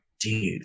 dude